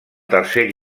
tercer